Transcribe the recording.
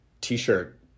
t-shirt